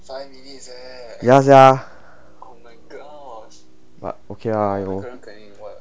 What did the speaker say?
ya sia but okay lah